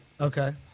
Okay